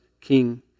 king